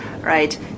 right